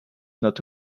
not